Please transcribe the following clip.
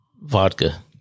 vodka